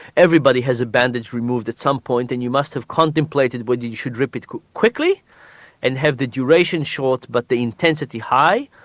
everybody has a bandage removed at some point and you must have contemplated when you should rip it quickly and have the duration short but the intensity high,